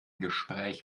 gespräch